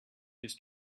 his